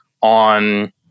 on